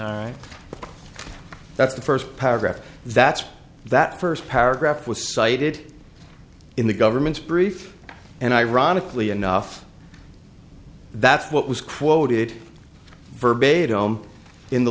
chance that's the first paragraph that's that first paragraph was cited in the government's brief and ironically enough that's what was quoted verbatim in the